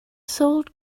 sold